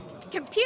Computer